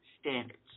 standards